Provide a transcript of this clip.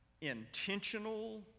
intentional